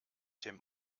dem